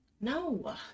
No